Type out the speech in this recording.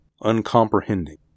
uncomprehending